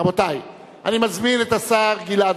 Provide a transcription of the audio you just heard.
רבותי, אני מזמין את השר גלעד